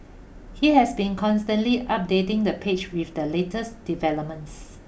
he has been constantly updating the page with the latest developments